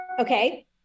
okay